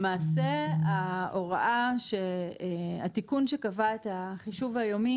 למעשה, התיקון שקבע את החישוב היומי